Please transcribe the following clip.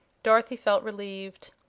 dorothy felt relieved.